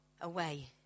away